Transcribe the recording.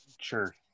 Sure